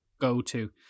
go-to